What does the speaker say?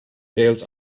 diels